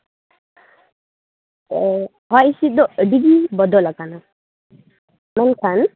ᱦᱚᱭ ᱦᱤᱸᱥᱤᱫ ᱫᱚ ᱟᱹᱰᱤ ᱜᱮ ᱵᱚᱫᱚᱞᱟᱠᱟᱱᱟ ᱢᱮᱱᱠᱷᱟᱱ